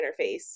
interface